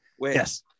Yes